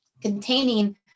containing